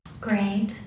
Great